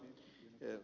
myös ed